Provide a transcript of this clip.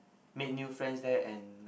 make new friends there and